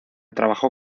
trabajó